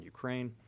Ukraine